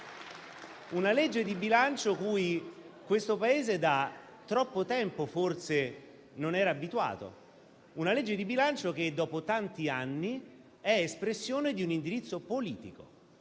una legge di bilancio cui questo Paese da troppo tempo forse non era abituato, una legge di bilancio che dopo tanti anni è espressione di un indirizzo politico